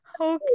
Okay